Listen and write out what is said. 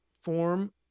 form